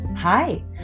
Hi